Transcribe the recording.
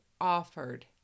offered